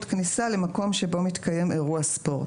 כניסה למקום שבו מתקיים אירוע ספורט.